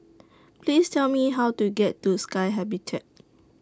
Please Tell Me How to get to Sky Habitat